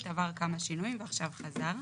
עבר כמה שינויים ועכשיו חזר.